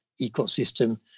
ecosystem